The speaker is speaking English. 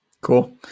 Cool